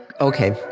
Okay